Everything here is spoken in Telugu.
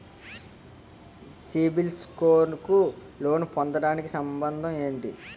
సిబిల్ స్కోర్ కు లోన్ పొందటానికి సంబంధం ఏంటి?